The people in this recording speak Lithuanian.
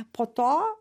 po to